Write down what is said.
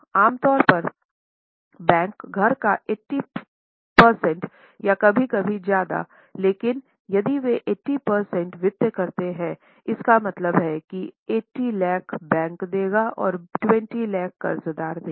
आम तौर पर बैंक घर का 80 प्रतिशत या कभी कभी ज्यादा लेकिन यदि वे 80 प्रतिशत वित्त करते हैं उसका मतलब 80 लाख बैंक 20 लाख कर्जदार देगा